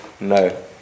No